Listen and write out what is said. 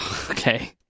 Okay